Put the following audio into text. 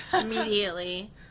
Immediately